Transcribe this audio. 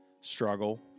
struggle